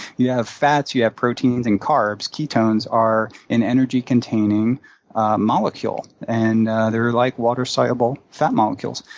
you have fats you have proteins and carbs. ketones are an energy containing molecule, and they're like water-soluble fat molecules.